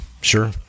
sure